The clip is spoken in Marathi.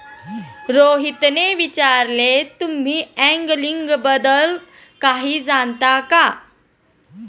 रोहितने विचारले, तुम्ही अँगलिंग बद्दल काही जाणता का?